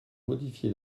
modifié